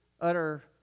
utter